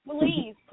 please